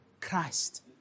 Christ